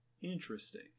Interesting